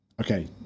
Okay